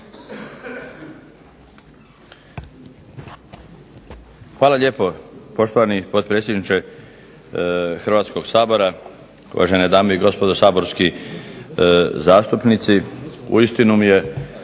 Hvala lijepo poštovani potpredsjedniče Hrvatskog sabora, uvažene dame i gospodo saborski zastupnici. Uistinu mi je